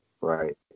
right